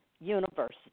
University